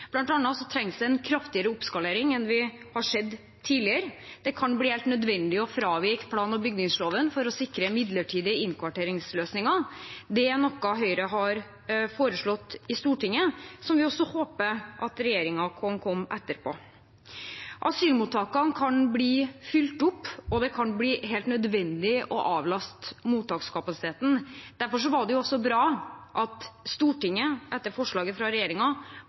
trengs det en kraftigere oppskalering enn vi har sett tidligere. Det kan bli helt nødvendig å fravike plan- og bygningsloven for å sikre midlertidige innkvarteringsløsninger. Det er noe Høyre har foreslått i Stortinget som vi håper at regjeringen kan komme etter med. Asylmottakene kan bli fylt opp, og det kan bli helt nødvendig å avlaste mottakskapasiteten. Derfor var det bra at Stortinget, etter forslag fra